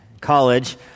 college